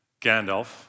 Gandalf